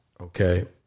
Okay